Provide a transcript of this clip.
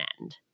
end